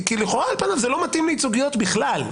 כי לכאורה זה לא מתאים לייצוגיות בכלל.